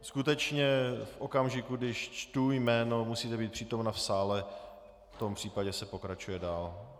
Skutečně v okamžiku, když čtu jméno, musíte být přítomna v sále, v tom případě se pokračuje dál.